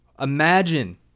Imagine